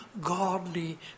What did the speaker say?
godly